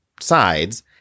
sides